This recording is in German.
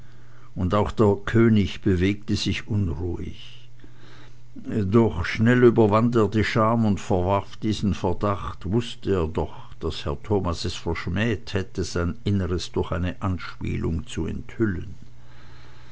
und auch der könig bewegte sich unruhig doch schnell überwand er die scham und verwarf diesen verdacht wußte er doch daß herr thomas es verschmäht hätte sein inneres durch eine anspielung zu enthüllen